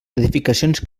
edificacions